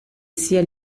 sia